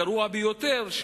הגרוע ביותר,